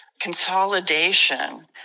consolidation